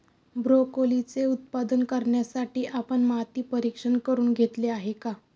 ब्रोकोलीचे उत्पादन करण्यासाठी आपण माती परीक्षण करुन घेतले आहे का?